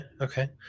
okay